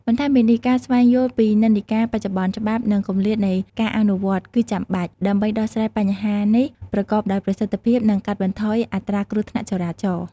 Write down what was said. បន្ថែមពីនេះ ការស្វែងយល់ពីនិន្នាការបច្ចុប្បន្ន ច្បាប់ និងគម្លាតនៃការអនុវត្ត គឺចាំបាច់ ដើម្បីដោះស្រាយបញ្ហានេះប្រកបដោយប្រសិទ្ធភាព និងកាត់បន្ថយអត្រាគ្រោះថ្នាក់ចរាចរណ៍។